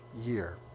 year